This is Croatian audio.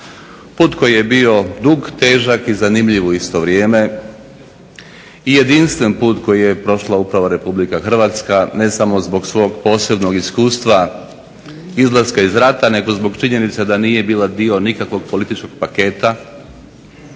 Put koji je bio dug, težak i zanimljiv u isto vrijeme i jedinstven put koji je prošla upravo Republika Hrvatska, ne samo zbog svog posebnog iskustva izlaska iz rata nego zbog činjenice da nije bila dio nikakvog političkog paketa,